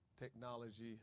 technology